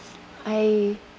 I